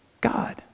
God